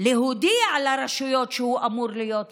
להודיע לרשויות שהוא אמור להיות בבידוד.